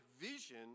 vision